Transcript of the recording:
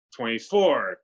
24